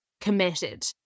committed